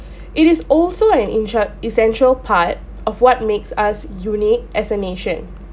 it is also an intre~ essential part of what makes us unique as a nation